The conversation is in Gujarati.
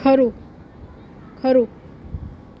ખરું ખરું